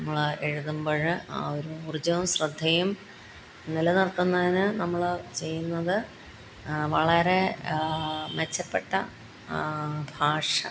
നമ്മൾ എഴുതുമ്പോൾ ആ ഒരു ഊർജ്ജവും ശ്രദ്ധയും നിലനിർത്തുന്നത്തിന് നമ്മൾ ചെയ്യുന്നത് വളരെ മെച്ചപ്പെട്ട ഭാഷ